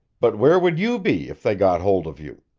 but where would you be if they got hold of you?